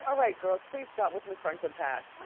ah right girls, please stop with miss franklin's hat.